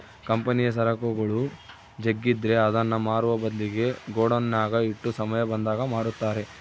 ಕಂಪನಿಯ ಸರಕುಗಳು ಜಗ್ಗಿದ್ರೆ ಅದನ್ನ ಮಾರುವ ಬದ್ಲಿಗೆ ಗೋಡೌನ್ನಗ ಇಟ್ಟು ಸಮಯ ಬಂದಾಗ ಮಾರುತ್ತಾರೆ